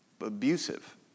abusive